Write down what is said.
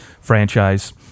franchise